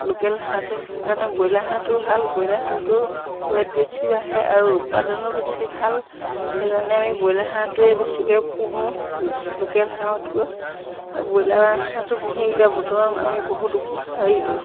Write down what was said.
local হাঁহটো সেইকাৰণে broiler হাঁহটো ভাল ব্ৰইলাৰ হাঁহটো ৱেট বেছি বাঢ়ে আৰু উৎপাদনো বেছি ভাল সেইকাৰণে আমি ব্ৰইলাৰ হাঁহটোৱে বেছিকৈ পুহোঁ লোকেল হাঁহতকৈ ব্ৰইলাৰ হাঁহটো পুহি এতিয়া বৰ্তমান আমি বহুতো হেৰি